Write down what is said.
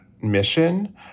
mission